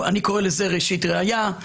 אני קורא לזה ראשית ראיה,